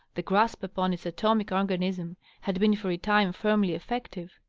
the grasp upon its atomic organism had been for a time firmly effective.